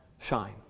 shine